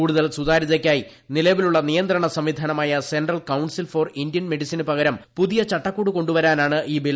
കൂടുതൽ സുതാരൃതയ്ക്കായി നിലവിലുള്ള നിയന്ത്രണ സംവിധാനമായ സെൻട്രൽ കൌൺസിൽ ഫോർ ഇന്ത്യൻ മെഡിസിനുപകരം പുതിയ ചട്ടക്കൂട് കൊണ്ടുവരാനാണ് ഈ ബിൽ